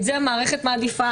את זה המערכת מעדיפה.